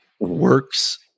works